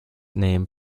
name